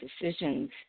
decisions